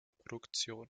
produktionen